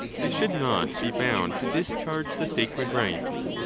they should not be bound to discharge the sacred rites.